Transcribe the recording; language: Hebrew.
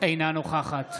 אינה נוכחת